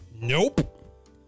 Nope